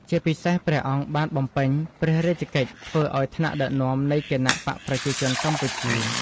ជាពិសេសព្រះអង្គបាន បំពេញព្រះរាជកិច្ចធ្វើឱ្យថ្នាក់ដឹកនាំ នៃគណបក្សប្រជាជនកម្ពុជា។